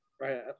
Right